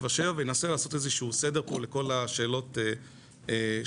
וננסה לעשות איזה שהוא סדר לכל השאלות שעלו.